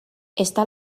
está